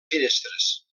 finestres